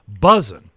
buzzing